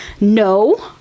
No